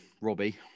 Robbie